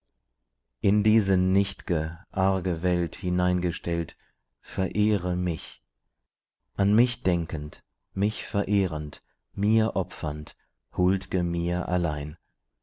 in diese nicht'ge arge welt hineingestellt verehre mich an mich denkend mich verehrend mir opfernd huld'ge mir allein